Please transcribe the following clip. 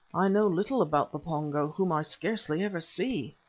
i know little about the pongo, whom i scarcely ever see.